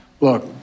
Look